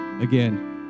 Again